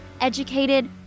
educated